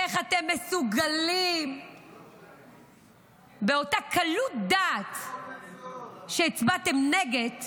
איך אתם מסוגלים באותה קלות דעת שהצבעתם נגד,